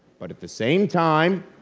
but at the same time,